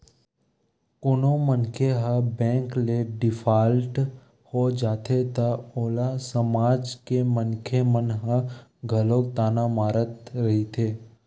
कोनो मनखे ह बेंक ले डिफाल्टर हो जाथे त ओला समाज के मनखे मन ह घलो ताना मारत रहिथे